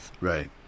Right